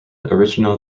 original